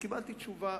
וקיבלתי תשובה